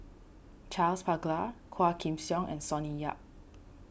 Charles Paglar Quah Kim Song and Sonny Yap